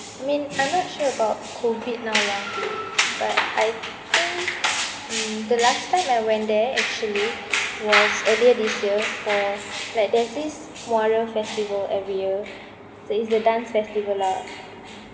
I mean I'm not sure about COVID now ya but I think mm the last time I went there actually was earlier this year for like there's this muara festival every year so is the dance festival lah